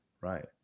right